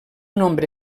nombre